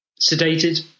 sedated